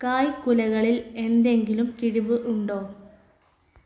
കായ്ക്കുലകളിൽ എന്തെങ്കിലും കിഴിവ് ഉണ്ടോ